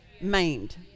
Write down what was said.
maimed